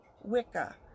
Wicca